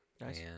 Nice